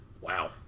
Wow